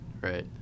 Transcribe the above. Right